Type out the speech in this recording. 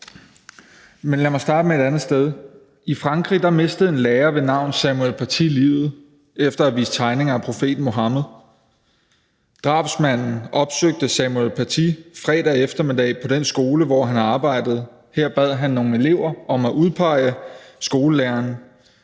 Men lad mig starte et andet sted. I Frankrig mistede en lærer ved navn Samuel Paty livet efter at have vist tegninger af profeten Muhammed. Drabsmanden opsøgte Samuel Paty fredag eftermiddag på den skole, hvor han arbejdede. Her bad han nogle elever om at udpege skolelæreren.